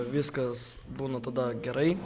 viskas būna tada gerai